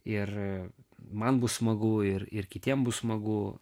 ir man bus smagu ir ir kitiem bus smagu